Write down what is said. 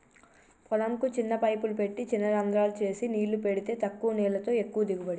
పొలం కు చిన్న పైపులు పెట్టి చిన రంద్రాలు చేసి నీళ్లు పెడితే తక్కువ నీళ్లతో ఎక్కువ దిగుబడి